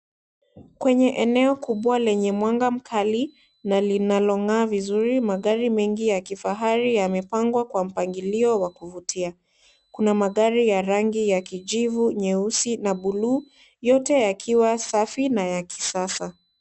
Kwenye eneo kubwa lenye mwanga mkali na linalong’aa vizuri, magari mengi ya kifahari yamepangwa kwa mpangilio wa kuvutia. Kuna magari ya rangi ya kijivu, nyeusi na bluu, yote yakiwa safi na ya kisasa.